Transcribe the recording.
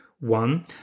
One